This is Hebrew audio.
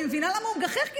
אני מבינה למה הוא מגחך,